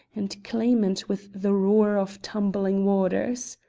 and clamant with the roar of tumbling waters.